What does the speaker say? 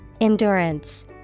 Endurance